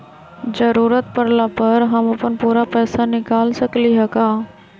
जरूरत परला पर हम अपन पूरा पैसा निकाल सकली ह का?